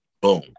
Boom